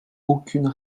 aucune